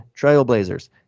Trailblazers